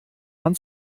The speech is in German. mann